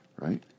right